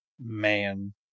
Man